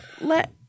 Let –